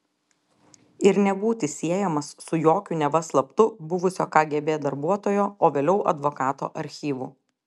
ir nebūti siejamas su jokiu neva slaptu buvusio kgb darbuotojo o vėliau advokato archyvu